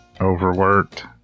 overworked